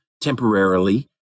temporarily